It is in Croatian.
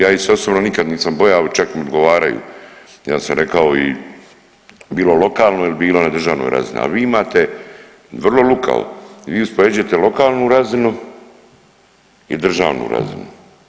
Ja ih se osobno nikad nisam bojao, čak mi i odgovaraju, ja sam rekao i bilo lokalno il bilo na državnoj razini, al vi imate vrlo lukavo, vi uspoređujete lokalnu razinu i državnu razinu.